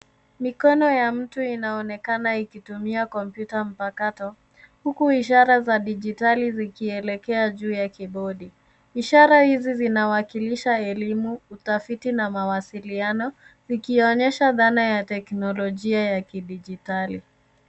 Mikono ya mtu inaonekana ikitumia kompyuta mpakato huku ishara za dijitali zikielekea juu ya kibodi. Ishara hizi zinawakilisha elimu, utafiti na mawasiliano zikionyesha dhana ya teknolojia ya kidijitali.